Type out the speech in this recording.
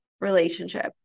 relationship